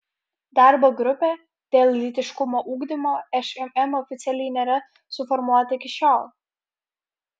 darbo grupė dėl lytiškumo ugdymo šmm oficialiai nėra suformuota iki šiol